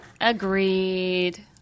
agreed